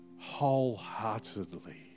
wholeheartedly